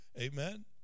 Amen